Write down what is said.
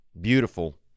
Beautiful